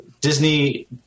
Disney